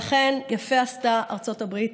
לכן יפה עשתה ארצות הברית,